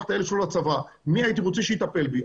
את הילד שלו לצבא מי הייתי רוצה שיטפל בי,